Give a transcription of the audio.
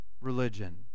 religion